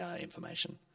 information